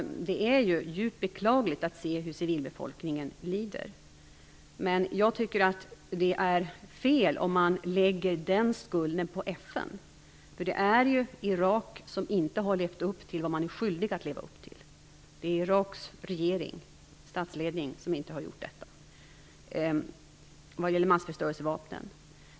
Det är djupt beklagligt att civilbefolkningen lider. Men jag tycker att det är fel att lägga skulden för detta på FN. Iraks regering, statsledning, har inte levt upp till det som man är skyldig att leva upp till vad gäller massförstörelsevapnen.